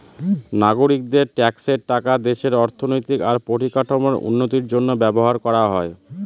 নাগরিকদের ট্যাক্সের টাকা দেশের অর্থনৈতিক আর পরিকাঠামোর উন্নতির জন্য ব্যবহার করা হয়